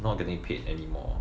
not getting paid anymore